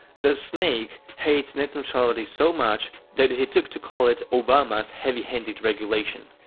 the snake hates net neutrality so much, that he took to call it obama's heavy-handed regulation.